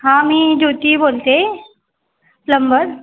हां मी ज्योती बोलते प्लम्बर